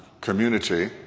community